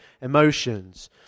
emotions